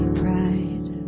pride